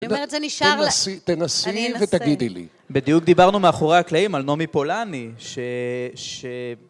אני אומרת, זה נשאר לך. תנסי ותגידי לי. בדיוק דיברנו מאחורי הקלעים על נומי פולני, ש...